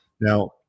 Now